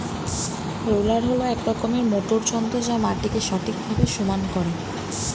roller হল এক রকমের মোটর যন্ত্র যা মাটিকে ঠিকভাবে সমান করে